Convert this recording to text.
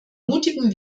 mutigen